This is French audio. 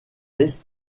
est